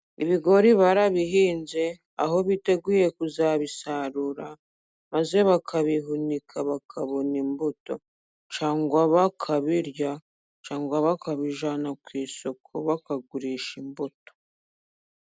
Ibigori barabihinze, aho biteguye kuzabisarura, maze bakabihunika, bakabona imbuto cyangwa bakabirya cyangwa bakabijyana ku isoko bakagurisha imbuto.